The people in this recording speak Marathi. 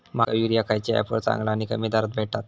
माका युरिया खयच्या ऍपवर चांगला आणि कमी दरात भेटात?